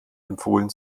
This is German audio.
empfohlen